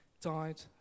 died